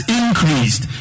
increased